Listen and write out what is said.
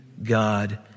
God